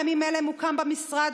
בימים אלה מוקם במשרד,